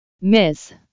Miss